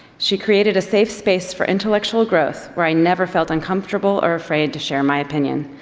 she created a safe space for intellectual growth where i never felt uncomfortable or afraid to share my opinion.